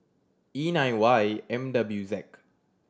E nine Y M W Z